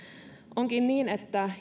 onkin niin että